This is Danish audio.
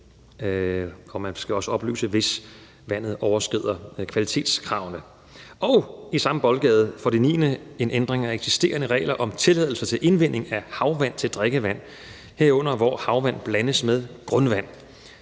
og man skal jo også oplyse, hvis vandet overskrider kvalitetskravene. Kl. 15:21 I samme boldgade er der for det niende en ændring af de eksisterende regler om tilladelse til indvinding af havvand til drikkevand, herunder hvor havvand blandes med grundvand.